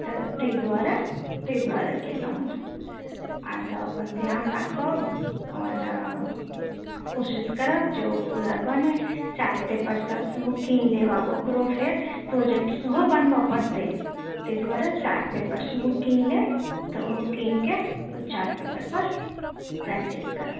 तऽ ताहि दुआरे ताहि दुआरे केलहुँ हँ आर सभ अपन ध्यान राखब आओर कोशिश करब जे ओ पूरा बनय चार्ट पेपरसभ सेहो कीन लेब आ ओकरो फेर प्रोजेक्ट सेहो बनबय पड़तै ताहि दुआरे चाार्ट पेपर सेहो कीन लेब तऽ ओहो कीनक चार्ट पेपर पर प्रैक्टिस करब